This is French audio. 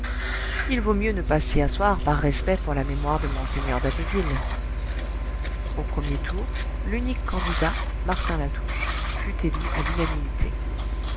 il vaut mieux ne pas s'y asseoir par respect pour la mémoire de mgr d'abbeville au premier tour l'unique candidat martin latouche fut élu à l'unanimité